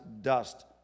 dust